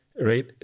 Right